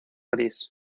gris